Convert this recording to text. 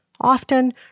Often